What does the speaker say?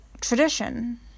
tradition